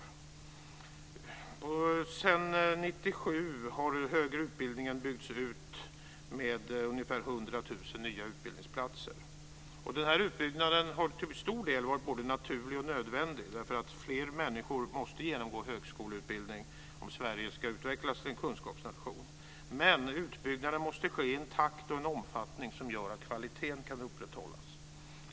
Sedan 1997 har den högre utbildningen byggts ut med ungefär 100 000 nya utbildningsplatser. Den här utbyggnaden har till stor del varit både naturlig och nödvändig. Fler människor måste genomgå högskoleutbildning om Sverige ska utvecklas till en kunskapsnation. Men utbyggnaden måste ske i en takt och en omfattning som gör att kvaliteten kan upprätthållas.